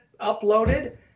uploaded